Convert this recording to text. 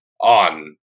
On